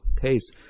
case